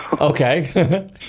Okay